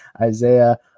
Isaiah